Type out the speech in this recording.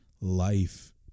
life